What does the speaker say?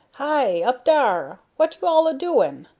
hi! up dar. what you all a-doin'?